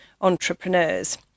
entrepreneurs